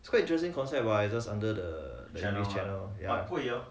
it's quite interesting concept it riser under the channels